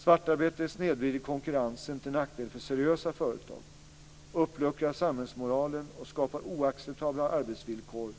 Svartarbete snedvrider konkurrensen till nackdel för seriösa företag, uppluckrar samhällsmoralen och skapar oacceptabla arbetsvillkor